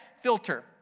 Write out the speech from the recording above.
filter